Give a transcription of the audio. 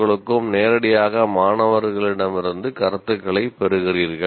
க்களுக்கும் நேரடியாக மாணவர்களிடமிருந்து கருத்துக்களைப் பெறுகிறீர்கள்